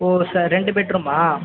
ஓ sir ரெண்டு bed ரூமா